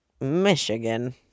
Michigan